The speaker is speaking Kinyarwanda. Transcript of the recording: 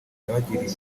yabagiriye